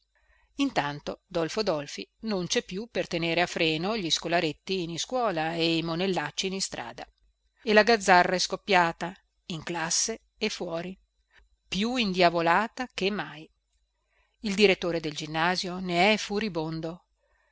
intanto dolfo dolfi non cè più per tenere a freno gli scolaretti in iscuola e i monellacci in istrada e la gazzarra è scoppiata in classe e fuori più indiavolata che mai il direttore del ginnasio ne è